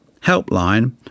helpline